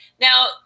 Now